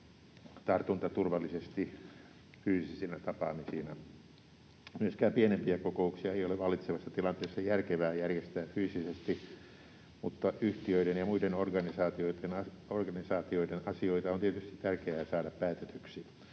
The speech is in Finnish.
tartuntaturvallisesti fyysisinä tapaamisina. Myöskään pienempiä kokouksia ei ole vallitsevassa tilanteessa järkevää järjestää fyysisesti, mutta yhtiöiden ja muiden organisaatioiden asioita on tietysti tärkeää saada päätetyksi.